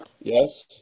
Yes